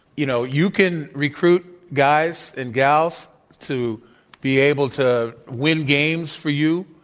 you know, you can recruit guys and gals to be able to win games for you,